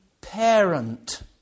parent